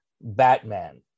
Batman